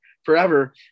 Forever